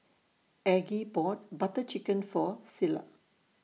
Aggie bought Butter Chicken For Cilla